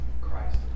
Christ